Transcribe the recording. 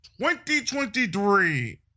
2023